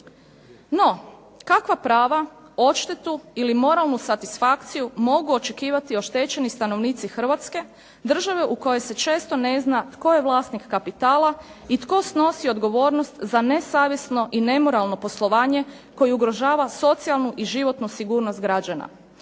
No kakva prava, odštetu ili moralnu satisfakciju mogu očekivati oštećeni stanovnici Hrvatske, države u kojoj se često ne zna tko je vlasnik kapitala i tko snosi odgovornost za nesavjesno i nemoralno poslovanje, koji ugrožava socijalnu i životnu sigurnost građana.